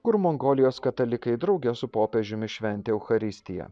kur mongolijos katalikai drauge su popiežiumi šventė eucharistiją